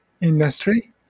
industry